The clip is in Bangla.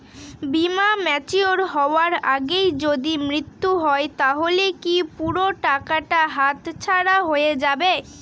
বীমা ম্যাচিওর হয়ার আগেই যদি মৃত্যু হয় তাহলে কি পুরো টাকাটা হাতছাড়া হয়ে যাবে?